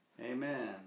Amen